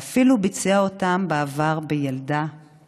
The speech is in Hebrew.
ואפילו ביצע אותם בעבר בתינוקת